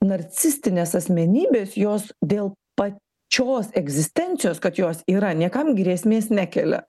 narcistinės asmenybės jos dėl pačios egzistencijos kad jos yra niekam grėsmės nekelia